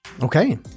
Okay